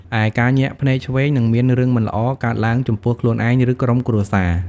ឯ ការញាក់ភ្នែកឆ្វេង នឹងមានរឿងមិនល្អកើតឡើងចំពោះខ្លួនឯង ឬក្រុមគ្រួសារ។